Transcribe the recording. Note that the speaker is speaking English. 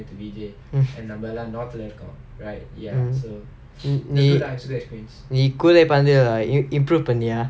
நீ நீ:nee nee equally பண்றிய:panriya lah you improve பண்ணியா:panniyaa